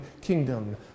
kingdom